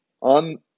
on